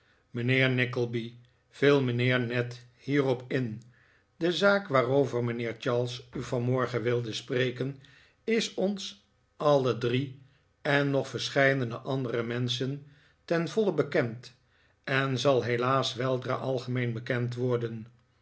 mijnheer nickleby viel mijnheer ned hierop in de zaak waarover mijnheer charles u vanmorgen wilde spreken is ons alle drie en nog verscheidene andere menschen ten voile bekend en zal helaas weldra algemeen bekend worden